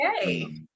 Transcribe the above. okay